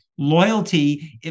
Loyalty